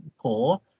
poor